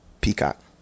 Peacock